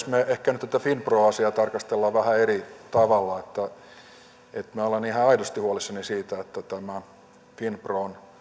me ehkä nyt tätä finpro asiaa tarkastelemme vähän eri tavalla minä olen ihan aidosti huolissani siitä että finpron